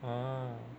ah